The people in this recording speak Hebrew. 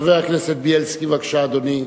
חבר הכנסת בילסקי, בבקשה, אדוני.